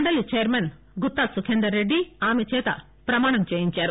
మండలీ chairman Gutta Sukhender Reddy ఆమె చేత ప్రమాణం చేయించారు